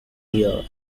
year